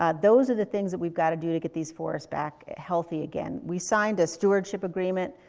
ah those are the things that we've got to do to get these forests back healthy again. we signed a stewardship agreement.